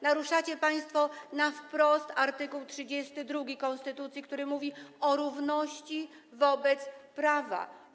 Naruszacie państwo wprost art. 32 konstytucji, który mówi o równości wobec prawa.